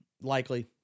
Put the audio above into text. Likely